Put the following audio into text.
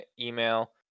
email